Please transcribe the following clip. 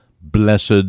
blessed